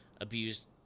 abused